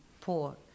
poor